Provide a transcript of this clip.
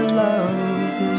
love